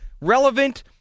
relevant